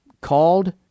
called